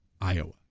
iowa